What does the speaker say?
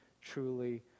truly